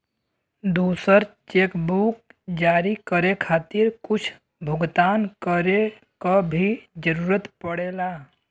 दूसर चेकबुक जारी करे खातिर कुछ भुगतान करे क भी जरुरत पड़ेला